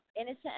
innocent